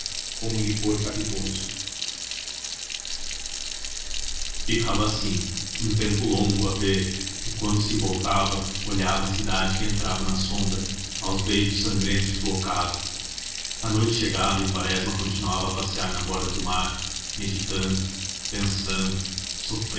como um licor capitoso ficava assim um tempo longo a ver e quando se voltava olhava a cidade que entrava na sombra aos beijos sangrentos do ocaso a noite chegava e quaresma continuava a passear na borda do mar meditando pensando